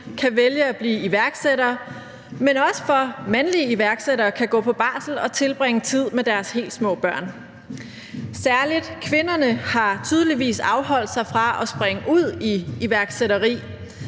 kan vælge at blive iværksættere, men også for at mandlige iværksættere kan gå på barsel og tilbringe tid med deres helt små børn. Særlig kvinderne har tydeligvis afholdt sig fra at springe ud i iværksætteri.